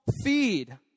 feed